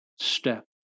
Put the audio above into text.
step